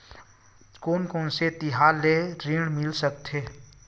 कोन कोन ले तिहार ऋण मिल सकथे?